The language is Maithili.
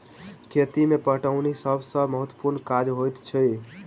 खेती मे पटौनी सभ सॅ महत्त्वपूर्ण काज होइत छै